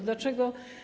Dlaczego.